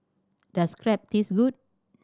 does Crepe taste good